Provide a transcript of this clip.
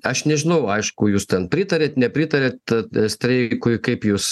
aš nežinau aišku jūs ten pritariat nepritariat streikui kaip jūs